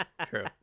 True